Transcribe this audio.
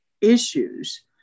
issues